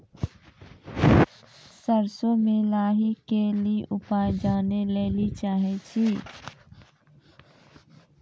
सरसों मे लाही के ली उपाय जाने लैली चाहे छी?